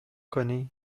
کنی